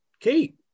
Kate